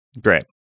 great